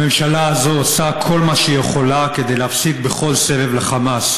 הממשלה הזאת עושה כל מה שהיא יכולה כדי להפסיד בכל סבב לחמאס.